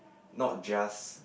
not just